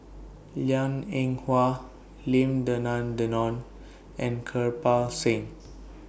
Liang Eng Hwa Lim Denan Denon and Kirpal Singh